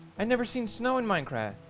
i've never seen snow in minecraft